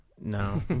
No